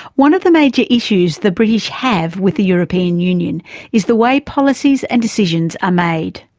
one of the major issues the british have with the european union is the way policies and decisions are made.